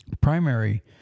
primary